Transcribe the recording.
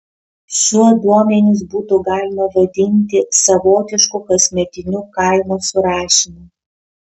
šiuo duomenis būtų galima vadinti savotišku kasmetiniu kaimo surašymu